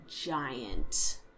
giant